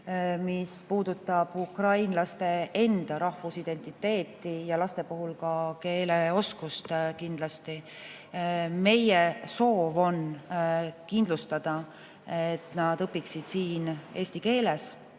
Mis puudutab ukrainlaste enda rahvusidentiteeti ja laste puhul kindlasti ka keeleoskust, siis meie soov on kindlustada, et nad õpiksid siin eesti keeles